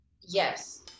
Yes